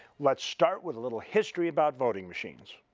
let's start with a little history about voting machines.